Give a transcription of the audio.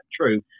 true